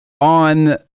on